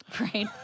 Right